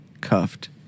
cuffed